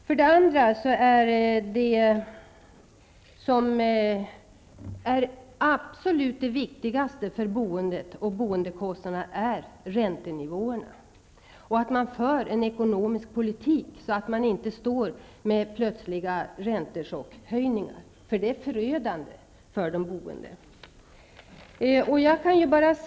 För det andra är det absolut viktigaste när det gäller boendet och boendekostnaderna räntenivåerna och en ekonomisk politik som gör att man inte står inför plötsliga räntechockhöjningar. Sådant är förödande för de boende.